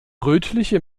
rötliche